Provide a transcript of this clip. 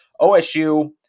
OSU